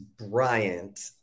Bryant